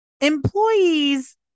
employees